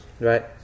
Right